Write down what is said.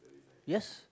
yes